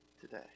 today